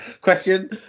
question